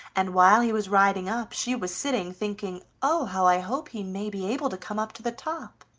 and while he was riding up she was sitting thinking, oh! how i hope he may be able to come up to the top!